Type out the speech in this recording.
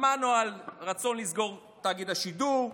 שמענו על רצון לסגור את תאגיד השידור.